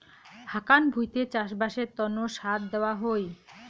হাকান ভুঁইতে চাষবাসের তন্ন সার দেওয়া হই